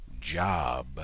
job